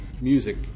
music